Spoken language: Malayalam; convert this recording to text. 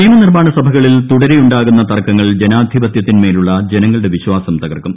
നിയമനിർമ്മാണ സഭകളിൽ തുടരെ ഉണ്ടാകുന്ന തർക്കങ്ങൾ ജനാധിപത്യത്തിൻ മേലുളള ജനങ്ങളുടെ വിശ്വാസം തകർക്കും